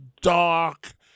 dark